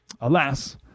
Alas